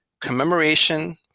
commemoration